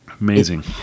amazing